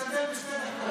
תסתדר בשתי דקות.